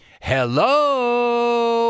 Hello